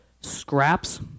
scraps